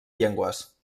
llengües